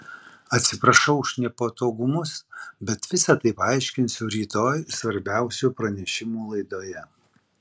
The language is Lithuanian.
atsiprašau už nepatogumus bet visa tai paaiškinsiu rytoj svarbiausių pranešimų laidoje